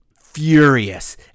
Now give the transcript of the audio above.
furious